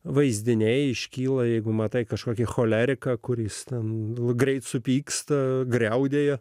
vaizdiniai iškyla jeigu matai kažkokį choleriką kuris ten greit supyksta griaudėja